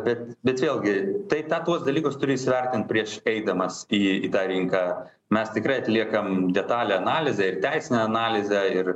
bet bet vėlgi tai tą tuos dalykus turi įsivertint prieš eidamas į į tą rinką mes tikrai atliekam detalią analizę ir teisinę analizę ir